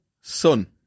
Son